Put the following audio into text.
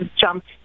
jumped